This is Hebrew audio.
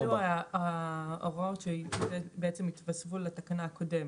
אלו בעצם ההוראות שנתווספו לתקנה הקודמת.